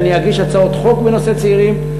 שאני אגיש הצעות חוק בנושא צעירים,